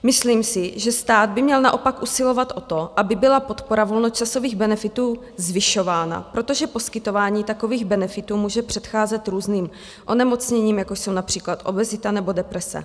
Myslím si, že stát by měl naopak usilovat o to, aby byla podpora volnočasových benefitů zvyšována, protože poskytování takových benefitů může předcházet různým onemocněním, jako jsou například obezita nebo deprese.